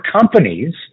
companies